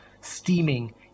steaming